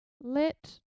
Let